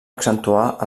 accentuar